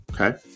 Okay